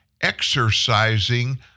exercising